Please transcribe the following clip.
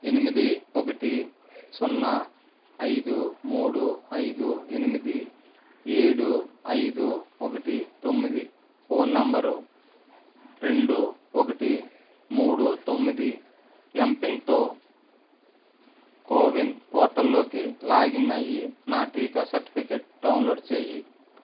ఎనిమిది ఒకటి సున్నా ఐదు మూడు ఐదు ఎనిమిది ఏడు ఐదు ఒకటి తొమ్మిది ఫోన్ నంబరు రెండు ఒకటి మూడు తొమ్మిది ఎంపీన్తో కోవిన్ పోర్టల్ల్లోకి లాగిన్ అయ్యి నా టీకా సర్టిఫికేట్ డౌన్లోడ్ చెయ్యి